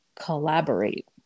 collaborate